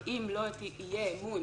כי אם לא יהיה אמון